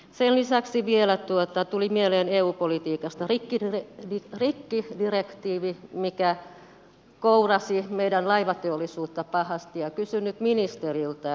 sen lisäksi vielä tuli mieleen eu politiikasta rikkidirektiivi joka kouraisi meidän laivateollisuutta pahasti ja kysyn nyt ministeriltä